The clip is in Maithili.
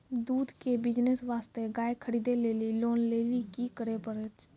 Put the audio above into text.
दूध के बिज़नेस वास्ते गाय खरीदे लेली लोन लेली की करे पड़ै छै?